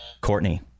Courtney